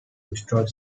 destroyed